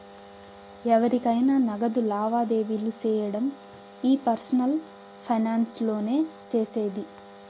ఎవురికైనా నగదు లావాదేవీలు సేయడం ఈ పర్సనల్ ఫైనాన్స్ లోనే సేసేది